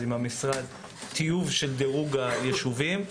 עם המשרד טיוב של דירוג היישובים.